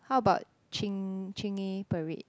how about ching~ Chingay parade